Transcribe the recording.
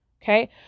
Okay